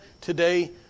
today